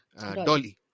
dolly